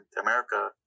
America